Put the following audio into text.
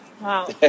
Wow